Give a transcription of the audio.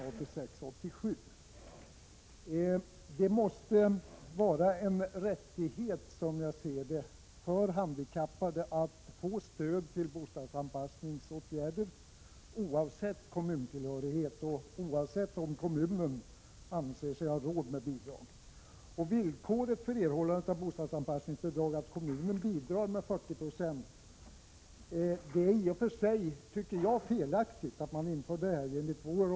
Enligt min mening måste det vara en rättighet för de handikappade att få stöd till bostadsanpassningsåtgärder, oavsett kommuntillhörighet och oavsett om kommunen anser sig ha råd med bidrag. Villkoret för erhållande av bostadsanpassningsbidrag är att kommunen bidrar med 40 26. Enligt min och vpk:s uppfattning är det i och för sig felaktigt att man har infört detta villkor.